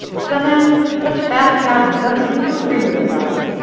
somehow such fast travelling doesn't seem to agree with a fellow.